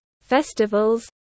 festivals